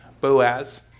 Boaz